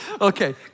Okay